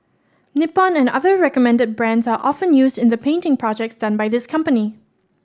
Nippon and other recommended brands are often used in the painting projects done by this company